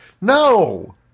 No